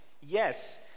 Yes